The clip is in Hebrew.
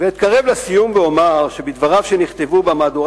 אתקרב לסיום ואומר שבדבריו שנכתבו במהדורה